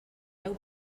deu